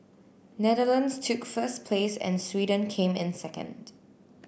Netherlands took first place and Sweden came in second